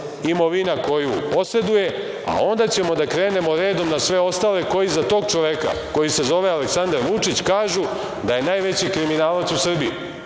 imovina koju poseduje, a onda ćemo da krenemo redom na sve ostale koji za tog čoveka, koji se zove Aleksandar Vučić, kažu da je najveći kriminalac u Srbiji,